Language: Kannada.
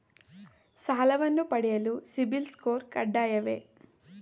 ಸಾಲವನ್ನು ಪಡೆಯಲು ಸಿಬಿಲ್ ಸ್ಕೋರ್ ಕಡ್ಡಾಯವೇ?